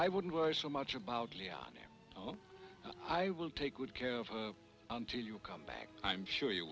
i wouldn't worry so much about leon i will take good care of her until you come back i'm sure you